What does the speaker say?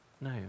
No